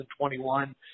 2021